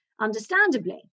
understandably